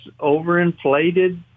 overinflated